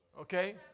Okay